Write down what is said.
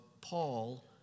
Paul